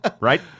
Right